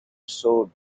sword